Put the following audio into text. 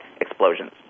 explosions